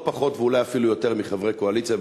פחות ואולי אפילו יותר מחברי הקואליציה,